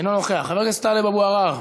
אינו נוכח, חבר הכנסת טלב אבו עראר,